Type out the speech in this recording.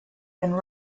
and